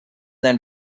than